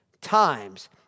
times